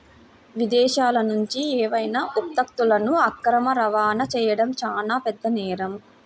విదేశాలనుంచి ఏవైనా ఉత్పత్తులను అక్రమ రవాణా చెయ్యడం చానా పెద్ద నేరం